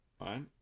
right